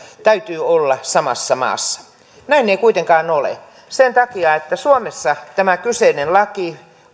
täytyy olla samassa maassa näin ei kuitenkaan ole sen takia että suomessa tämä kyseinen laki